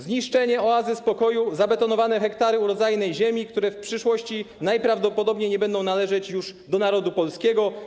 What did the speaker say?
Zniszczenie oazy spokoju, zabetonowane hektary urodzajnej ziemi, które w przyszłości najprawdopodobniej nie będą należeć już do narodu polskiego.